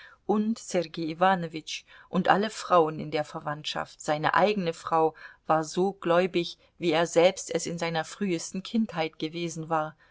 und sergei iwanowitsch und alle frauen in der verwandtschaft seine eigene frau war so gläubig wie er selbst es in seiner frühesten kindheit gewesen war